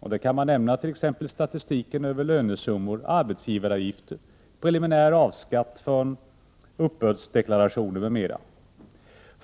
såsom statistiken över lönesummor, arbetsgivaravgifter eller preliminär A-skatt från uppbördsdeklarationer.